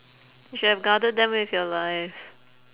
you should have guarded them with your life